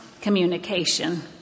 communication